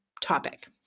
topic